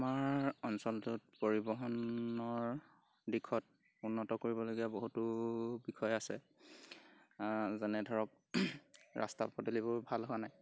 আমাৰ অঞ্চলটোত পৰিবহনৰ দিশত উন্নত কৰিবলগীয়া বহুতো বিষয় আছে যেনে ধৰক ৰাস্তা পদূলিবোৰ ভাল হোৱা নাই